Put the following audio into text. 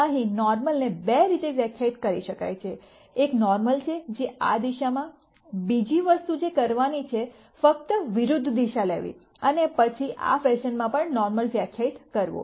અહીં નોર્મલ ને બે રીતે વ્યાખ્યાયિત કરી શકાય છે એક નોર્મલ છે જે આ દિશામાં બીજી વસ્તુ જે કરવા ની છે ફક્ત વિરુદ્ધ દિશા લેવી અને પછી આ ફેશનમાં પણ નોર્મલ વ્યાખ્યાયિત કરવો